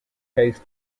case